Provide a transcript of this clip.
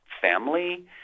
family